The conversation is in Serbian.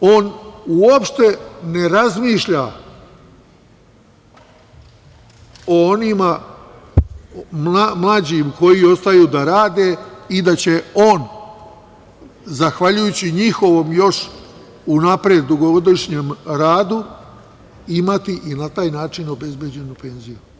on uopšte ne razmišlja o onima mlađim koji ostaju da rade i da će on zahvaljujući njihovom još unapred dugogodišnjem radu imati i na taj način obezbeđenu penziju.